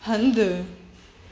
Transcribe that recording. हंधि